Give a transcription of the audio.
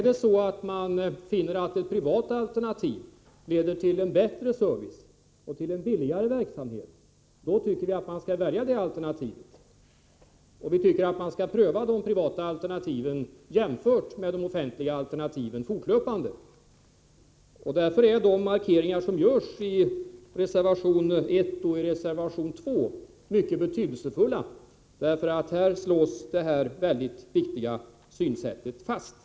Finner man att ett privat alternativ leder till en bättre service och en billigare verksamhet, då tycker vi att man skall välja det alternativet. Vi anser att man fortlöpande skall pröva de privata alternativen jämsides med de offentliga alternativen. Därför är de markeringar som görs i reservation 1 och reservation 2 mycket betydelsefulla. Där slås nämligen detta väldigt viktiga synsätt fast.